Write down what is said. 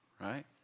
right